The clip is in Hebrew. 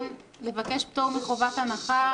לפני הקריאה השנייה והשלישית: